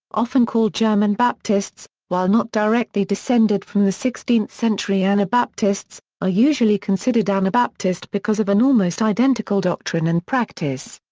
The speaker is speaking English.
often called german baptists, while not directly descended from the sixteenth century and anabaptists, are usually considered anabaptist because of an almost identical doctrine and practice.